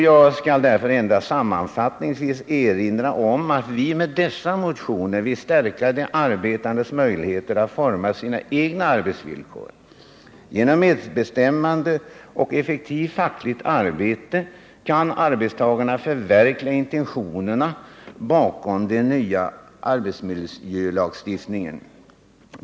Jag skall därför endast sammanfattningsvis erinra om att vi med dessa motioner vill stärka de arbetandes möjligheter att forma sina egna arbetsvillkor. Genom medbestämmande och ett effektivt fackligt arbete kan arbetstagarna förverkliga intentionerna bakom den nya arbetsmiljölagstiftningen.